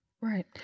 Right